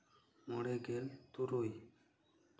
ᱢᱚᱬᱮ ᱜᱮᱞ ᱛᱩᱨᱩᱭ